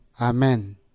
Amen